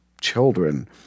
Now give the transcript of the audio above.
children